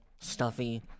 stuffy